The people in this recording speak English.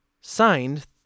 Signed